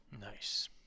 Nice